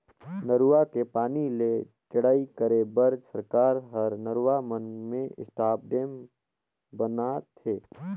नरूवा के पानी ले टेड़ई करे बर सरकार हर नरवा मन में स्टॉप डेम ब नात हे